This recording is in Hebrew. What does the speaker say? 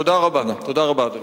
תודה רבה, אדוני.